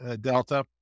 Delta